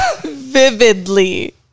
Vividly